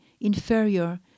inferior